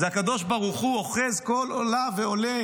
זה הקדוש ברוך הוא אוחז כל עולה ועולה